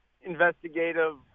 investigative